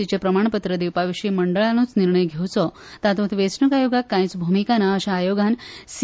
सीचें प्रमाणपत्र दिवपाविशी मंडळानुच निर्णय घेवपो तातुंत वेचणुक आयोगाक कांयच भुमिका ना अशे आयोगान सि